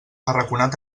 arraconat